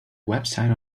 website